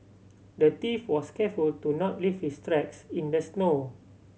the thief was careful to not leave his tracks in the snow